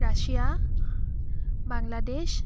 Russia Bangladesh